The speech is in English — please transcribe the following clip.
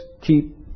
keep